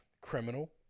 criminal